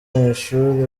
mw’ishuri